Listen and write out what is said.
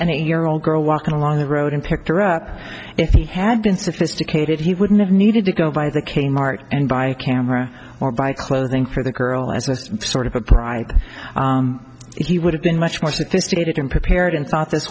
a year old girl walking along the road and picked her up if he had been sophisticated he wouldn't have needed to go by the kmart and buy a camera or buy clothing for the girl as a sort of a bribe he would have been much more sophisticated in prepared and thought